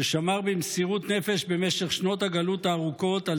ששמר במסירות נפש במשך שנות הגלות הארוכות על